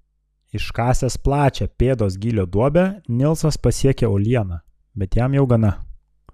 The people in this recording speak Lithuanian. iškasęs plačią pėdos gylio duobę nilsas pasiekia uolieną bet jam jau gana